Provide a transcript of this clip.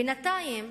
בינתיים,